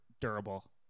durable